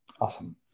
Awesome